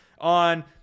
on